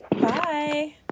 Bye